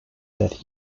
that